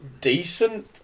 decent